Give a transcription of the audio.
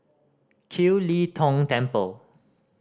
Kiew Lee Tong Temple